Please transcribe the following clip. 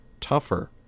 tougher